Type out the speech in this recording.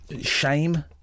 Shame